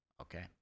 Okay